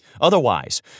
Otherwise